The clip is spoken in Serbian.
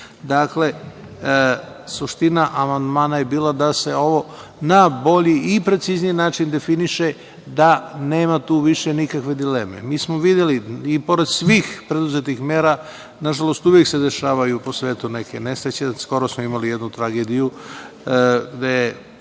gotovo. Dakle, suština amandmana je bila da se ovo na bolji i precizniji način definiše, da nema tu više nikakve dileme. Mi smo videli i pored svih preduzetih mera, nažalost, uvek se dešavaju po svetu neke nesreće. Skoro smo imali jednu tragediju, gde